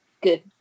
good